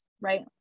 right